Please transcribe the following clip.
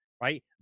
right